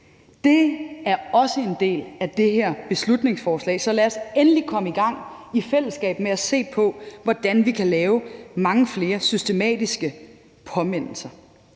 Det er også en del af det her beslutningsforslag, så lad os endelig komme i gang med i fællesskab at se på, hvordan vi kan lave mange flere systematiske påmindelser.